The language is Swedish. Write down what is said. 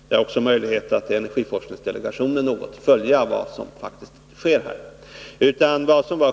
Jag har dessutom möjlighet att i energiforskningsdelegationen något följa vad som faktiskt sker här.